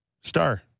star